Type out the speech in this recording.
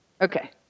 okay